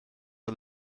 are